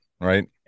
right